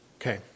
Okay